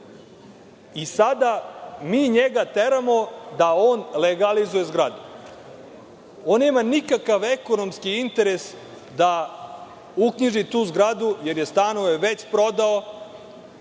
i sada mi njega teramo da on legalizuje zgradu. On nema nikakav ekonomski interes da uknjiži tu zgradu jer je stanove već prodao.